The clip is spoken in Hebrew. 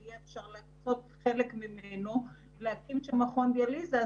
שאפשר יהיה להקצות חלק ממנו כדי להקים שם מכון דיאליזה,